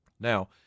Now